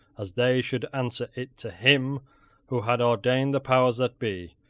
as they should answer it to him who had ordained the powers that be,